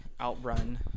outrun